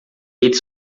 eles